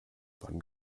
wann